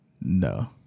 No